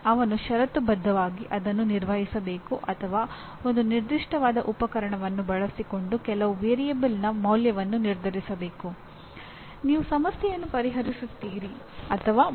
ಈ ಮೂರು ರೀತಿಯ ಪರಿಣಾಮಗಳ ನಿರ್ದಿಷ್ಟ ಅರ್ಥವನ್ನು ನಾವು ನಂತರದ ಹಂತದಲ್ಲಿ ನೋಡುತ್ತೇವೆ